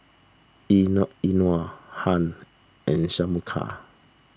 Euna Euna Hunt and Shameka